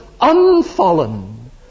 unfallen